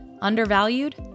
undervalued